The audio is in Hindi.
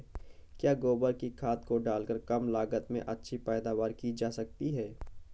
क्या गोबर की खाद को डालकर कम लागत में अच्छी पैदावारी की जा सकती है?